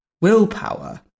willpower